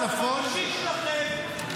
הצפון ראו איך הפרויקטור החמישי שלכם בורח.